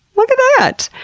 look at that!